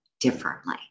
differently